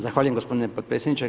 Zahvaljujem gospodine potpredsjedniče.